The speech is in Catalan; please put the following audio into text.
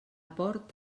port